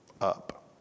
up